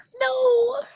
No